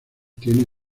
tiene